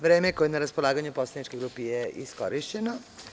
Vreme koje je na raspolaganju poslaničkoj grupi je iskorišćeno.